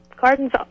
gardens